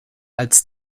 als